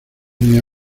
mis